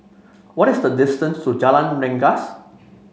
what is the distance to Jalan Rengas